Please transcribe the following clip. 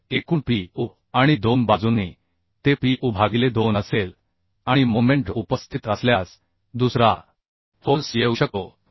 तर एकूण pu आणि दोन बाजूंनी ते pu भागिले 2 असेल आणि मोमेंट उपस्थित असल्यास दुसरा फोर्स येऊ शकतो